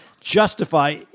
justify